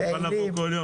אנחנו כאן כל יום.